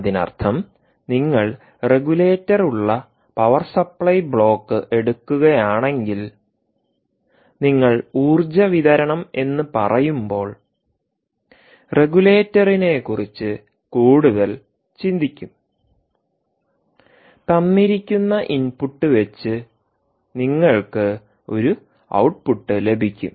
അതിനർത്ഥം നിങ്ങൾ റെഗുലേറ്റർ ഉള്ള പവർ സപ്ലൈ ബ്ലോക്ക് എടുക്കുകയാണെങ്കിൽ നിങ്ങൾ ഊർജ്ജ വിതരണം എന്ന് പറയുമ്പോൾ റെഗുലേറ്ററിനെക്കുറിച്ച് കൂടുതൽ ചിന്തിക്കും തന്നിരിക്കുന്ന ഇൻപുട്ട് വച്ച് നിങ്ങൾക്ക് ഒരു ഔട്ട്പുട്ട്ലഭിക്കും